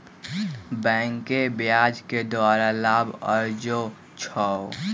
बैंके ब्याज के द्वारा लाभ अरजै छै